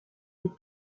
des